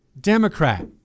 Democrat